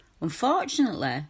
Unfortunately